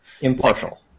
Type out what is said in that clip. Impartial